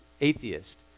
atheist